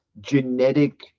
genetic